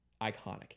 Iconic